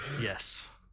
Yes